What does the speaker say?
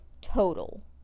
total